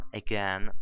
again